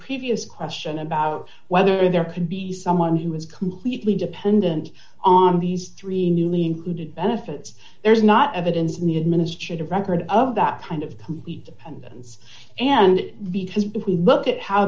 previous question about whether there can be someone who is completely dependent on these three newly included benefits there's not evidence in the administrative record of that kind of complete pendens and it has between look at how